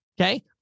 okay